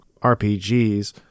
RPGs